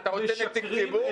אתה רוצה נציג ציבור?